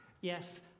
Yes